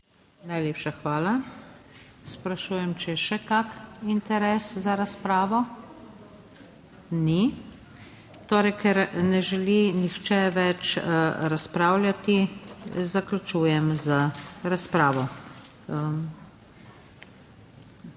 Najlepša hvala. Sprašujem, če je še kak interes za razpravo? Ni. Torej, ker ne želi nihče več razpravljati, zaključujem z razpravo.